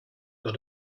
got